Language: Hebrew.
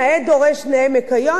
נאה דורש נאה מקיים.